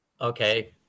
Okay